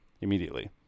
immediately